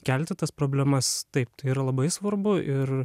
kelti tas problemas taip tai yra labai svarbu ir